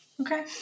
Okay